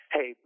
Hey